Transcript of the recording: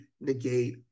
negate